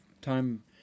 time